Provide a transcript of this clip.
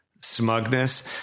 smugness